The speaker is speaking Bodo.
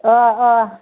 अ अ